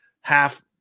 half